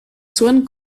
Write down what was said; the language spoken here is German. zorn